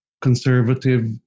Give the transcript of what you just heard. conservative